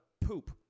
poop